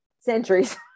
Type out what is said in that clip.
centuries